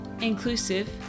inclusive